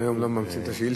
היום לא מוצאים את השאילתות.